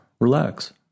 Relax